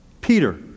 Peter